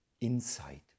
insight